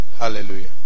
hallelujah